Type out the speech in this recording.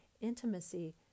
intimacy